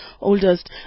oldest